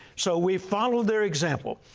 so we followed their example.